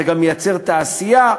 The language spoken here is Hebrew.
זה גם מייצר תעשייה.